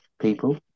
People